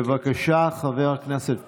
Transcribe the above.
בבקשה, חבר הכנסת פרוש,